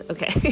Okay